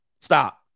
Stop